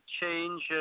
change